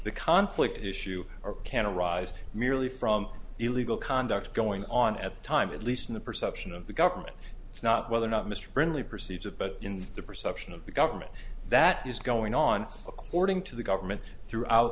the conflict issue or can arise merely from illegal conduct going on at the time at least in the perception of the government it's not whether or not mr brindley perceives it but in the perception of the government that is going on according to the government throughout